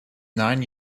nine